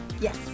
Yes